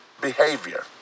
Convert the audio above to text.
behavior